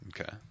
Okay